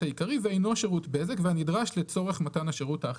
העיקרי ואינו שירות ונדרש לצורך מתן השירות.